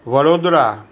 Vadodara